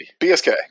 BSK